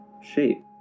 shape